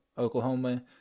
Oklahoma